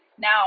Now